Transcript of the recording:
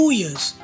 years